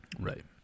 right